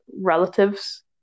relatives